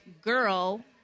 girl